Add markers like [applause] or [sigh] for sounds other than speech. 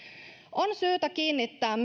on syytä kiinnittää [unintelligible]